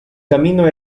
camino